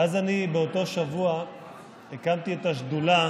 ואז אני באותו שבוע הקמתי את השדולה